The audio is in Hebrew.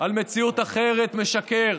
על מציאות אחרת משקר.